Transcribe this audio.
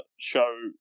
show